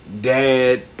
Dad